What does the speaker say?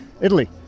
Italy